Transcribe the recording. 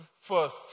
first